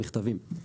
מכתבים.